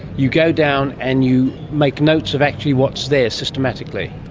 you go down and you make notes of actually what's there systematically.